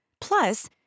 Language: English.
Plus